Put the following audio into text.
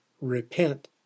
repent